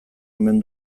omen